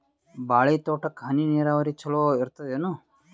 ಬಾಳಿ ತೋಟಕ್ಕ ಹನಿ ನೀರಾವರಿ ಚಲೋ ಇರತದೇನು?